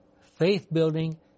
faith-building